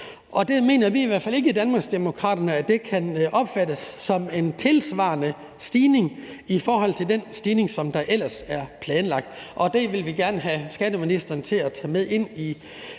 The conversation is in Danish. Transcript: og der mener vi i hvert fald i Danmarksdemokraterne ikke, at det kan opfattes som en tilsvarende stigning i forhold til den stigning, der ellers er planlagt, og det vil vi gerne have skatteministeren til at tage med ind i